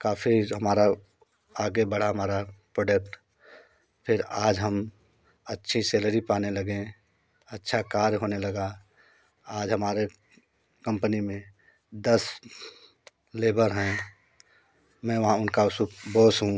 काफ़ी जो हमारा आगे बढ़ा हमारा प्रोडक्ट फिर आज हम अच्छी सैलरी पाने लगे अच्छा कार्य होने लगा आज हमारे कंपनी में दस लेबर हैं मैं वहाँ उनका बॉस हूँ